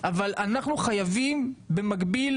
אבל אנחנו חייבים במקביל